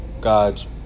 God's